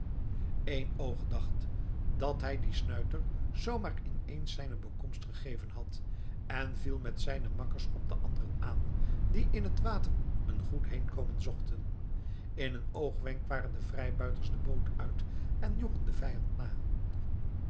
eenoog dacht dat hij dien snuiter zoo maar in eens zijne bekomst gegeven had en viel met zijne makkers op de anderen aan die in het water een goed heenkomen zochten in een oogwenk waren de vrijbuiters de boot uit en joegen den vijand na